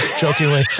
jokingly